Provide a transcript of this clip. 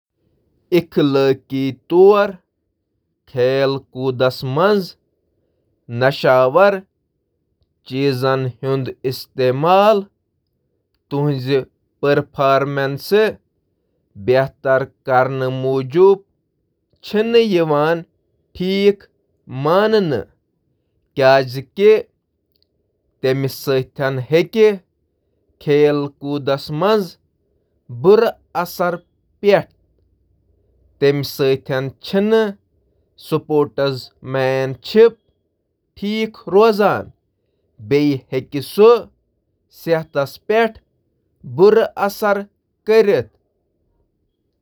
Athletic کارکردٕگی بہتر بناونہٕ خٲطرٕ چھُ سٹیرایڈُک استعمال کرُن دھوکہ دہی ماننہٕ یِوان، تہٕ امہِ سۭتۍ ہٮ۪کہِ کھلٲڑٮ۪ن کھیلَن منٛز حصہٕ نِنہٕ پٮ۪ٹھ سزا یا پابٔنٛدی لگاونہٕ یِتھ۔